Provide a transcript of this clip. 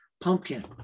pumpkin